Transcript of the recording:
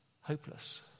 hopeless